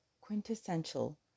quintessential